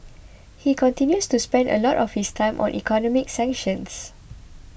he continues to spend a lot of his time on economic sanctions